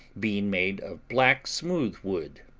being made of black smooth wood,